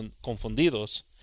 confundidos